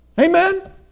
Amen